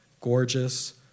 gorgeous